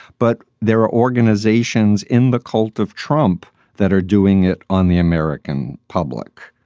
but there are organizations in the cult of trump that are doing it on the american public.